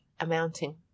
amounting